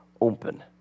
open